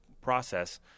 process